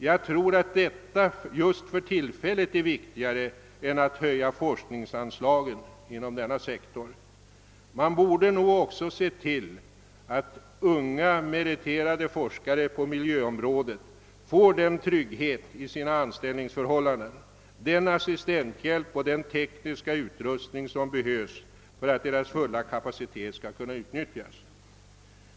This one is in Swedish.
Jag tror att detta just för tillfället är viktigare än att höja forskningsanslagen inom denna sektor. Man borde nog också se till att unga meriterade forskare på miljöområdet får den trygghet i sina anställningsförhållanden, den assistenthjälp och den tekniska utrustning som behövs för att deras fulla kapacitet skall kunna utnyttjas.